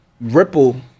Ripple